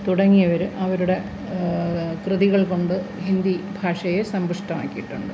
തുടങ്ങിയവര് അവരുടെ കൃതികൾ കൊണ്ട് ഹിന്ദി ഭാഷയെ സമ്പുഷ്ടമാക്കിയിട്ടുണ്ട്